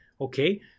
okay